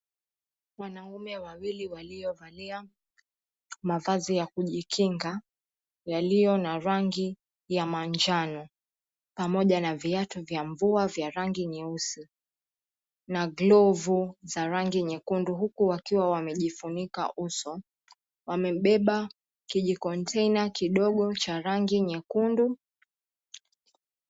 Wanaume wawili waliovalia mavazi ya kujikinga yaliyo na rangi ya manjano pamoja na viatu vya mvua vya rangi nyeusi na glovu za rangi nyekundu huku wakiwa wamejifunika uso wamebeba kijikonteina kidogo cha rangi nyekundu.